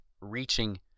reaching